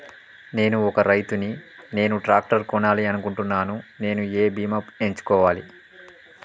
నేను ఒక రైతు ని నేను ట్రాక్టర్ కొనాలి అనుకుంటున్నాను నేను ఏ బీమా ఎంచుకోవాలి?